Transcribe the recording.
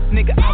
Nigga